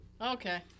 Okay